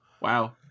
wow